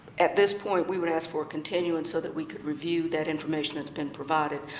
at this point we would ask for a continuance so that we can review that information that's been provided.